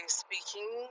speaking